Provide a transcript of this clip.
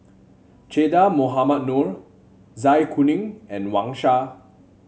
Che Dah Mohamed Noor Zai Kuning and Wang Sha